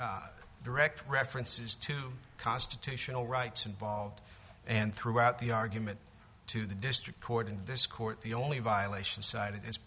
direct references to constitutional rights involved and throughout the argument to the district court in this court the only violation cited is